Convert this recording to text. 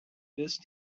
best